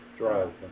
Drive